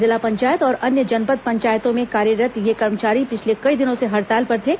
जिला पंचायत और अन्य जनपद पंचायतों में कार्यरत ये कर्मचारी पिछले कई दिनों से हड़ताल पर थे